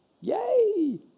Yay